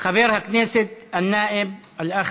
חבר הכנסת, (אומר בערבית: חבר הכנסת, האח,